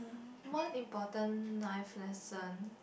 one important life lesson